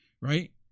right